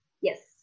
yes